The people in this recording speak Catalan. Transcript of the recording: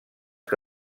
que